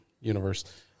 universe